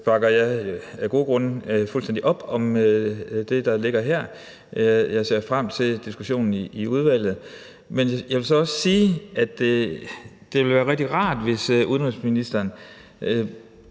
bakker af gode grunde fuldstændig op om det, der ligger her. Jeg ser frem til diskussionen i udvalget. Men jeg vil så også sige, at det ville være rigtig rart, hvis udenrigsministeren